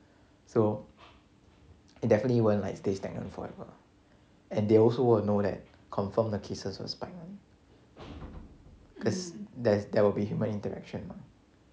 so it definitely won't like stay stagnant forever and they also will know that confirmed the cases will spike one cause there's there will be human interaction mah